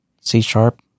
C-sharp